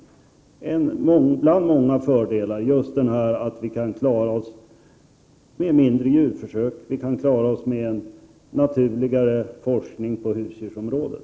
En bland många fördelar är att vi kan klara oss med färre djurförsök och en naturligare forskning på husdjursområdet.